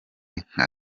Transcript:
nka